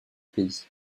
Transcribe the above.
pays